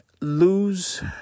lose